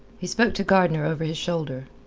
he spoke to gardner over his shoulder.